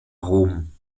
rom